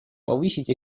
повысить